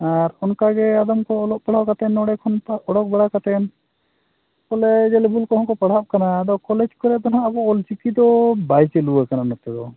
ᱟᱨ ᱚᱱᱠᱟᱜᱮ ᱟᱫᱚᱢ ᱠᱚ ᱚᱞᱚᱜ ᱯᱟᱲᱦᱟᱣ ᱠᱟᱛᱮᱫ ᱱᱚᱰᱮ ᱠᱷᱚᱱ ᱚᱰᱳᱠ ᱵᱟᱲᱟ ᱠᱟᱛᱮᱱ ᱠᱚᱞᱮᱡᱽ ᱞᱮᱵᱷᱮᱞ ᱠᱚᱨᱮ ᱦᱚᱸ ᱠᱚ ᱯᱟᱲᱦᱟᱣ ᱠᱟᱱᱟ ᱟᱫᱚ ᱠᱚᱞᱮᱡᱽ ᱠᱚᱨᱮ ᱦᱟᱜ ᱟᱵᱚ ᱚᱞ ᱪᱤᱠᱤ ᱫᱚ ᱵᱟᱭ ᱪᱟᱹᱞᱩ ᱟᱠᱟᱱᱟ ᱱᱚᱛᱮ ᱫᱚ